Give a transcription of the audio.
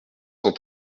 cent